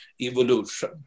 evolution